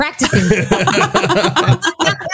Practicing